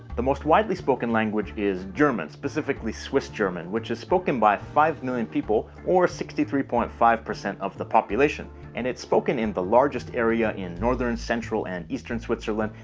the most widely spoken language is german, specifically swiss german which is spoken by five million people or sixty three point five of the population. and it's spoken in the largest area in northern, central and eastern switzerland,